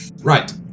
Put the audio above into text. Right